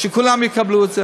שכולם יקבלו את זה,